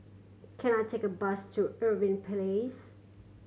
can I take a bus to Irving Place